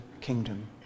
kingdom